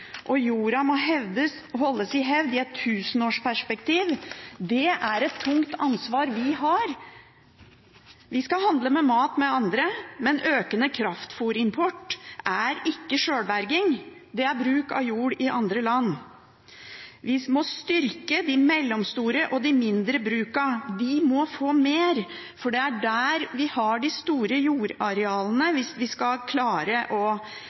Jorda må holdes i hevd i et tusenårsperspektiv. Det er et tungt ansvar vi har. Vi skal handle med mat med andre, men økende kraftfôrimport er ikke sjølberging, det er bruk av jord i andre land. Vi må styrke de mellomstore og de mindre brukene – de må få mer, for det er der vi har de store jordarealene – hvis vi skal klare å